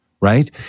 right